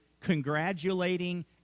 congratulating